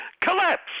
Collapse